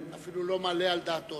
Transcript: אפילו לא מעלה על דעתו.